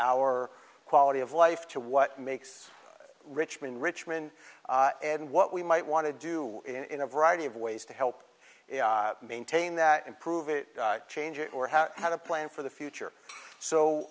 our quality of life to what makes richmond richmond and what we might want to do in a variety of ways to help maintain that improve it change or how how to plan for the future so